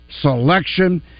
selection